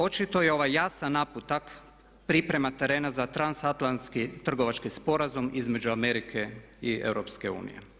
Očito je ovaj jasan naputak priprema terena za transatlantski trgovački sporazum između Amerike i EU.